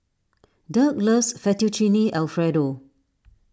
Dirk loves Fettuccine Alfredo